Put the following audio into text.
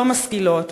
לא משכילות,